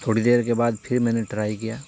تھوڑی دیر کے بعد پھر میں نے ٹرائی کیا